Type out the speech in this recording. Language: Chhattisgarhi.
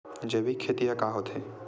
जैविक खेती ह का होथे?